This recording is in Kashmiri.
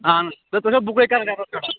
اَہَن حظ تُہۍ کٔرۍزیٚو بہٕ کَتہِ پٮ۪ٹھٕ